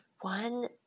one